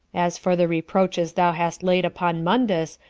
as for the reproaches thou hast laid upon mundus,